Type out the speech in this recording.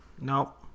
nope